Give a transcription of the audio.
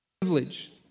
Privilege